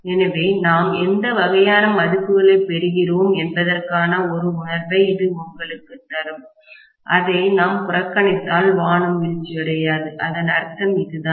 எனவே நாம் எந்த வகையான மதிப்புகளைப் பெறுகிறோம் என்பதற்கான ஒரு உணர்வை இது உங்களுக்குத் தரும் அதை நாம் புறக்கணித்தால் வானம் வீழ்ச்சியடையாது அதன் அர்த்தம் இதுதான்